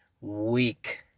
week